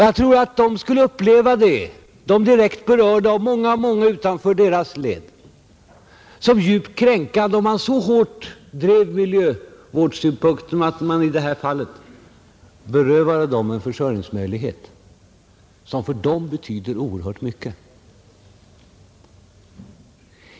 Jag tror att de människor som direkt berörs av denna fråga och många utanför deras led skulle uppleva det som djupt kränkande om man så hårt drev miljövårdssynpunkterna att man i detta fall berövade dem en försörjningsmöjlighet som för dem betyder oerhört mycket.